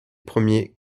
premiers